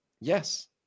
Yes